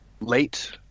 late